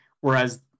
whereas